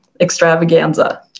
Extravaganza